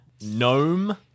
gnome